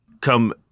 come